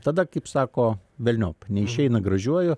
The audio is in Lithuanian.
tada kaip sako velniop neišeina gražiuoju